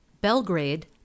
Belgrade